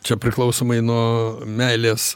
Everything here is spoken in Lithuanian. čia priklausomai nuo meilės